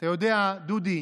אתה יודע, דודי,